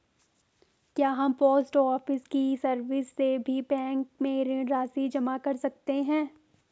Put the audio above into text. क्या हम post office की सर्विस से भी बैंक में ऋण राशि जमा कर सकते हैं?